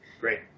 great